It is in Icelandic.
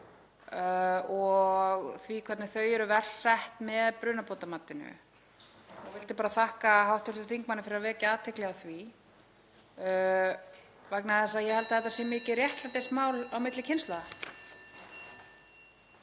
og því hvernig þau eru verst sett með brunabótamatinu. Ég vildi bara þakka hv. þingmanni fyrir að vekja athygli á því vegna þess að ég held að þetta sé mikið réttlætismál á milli kynslóða.